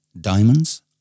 Diamonds